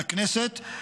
לכנסת.